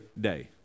day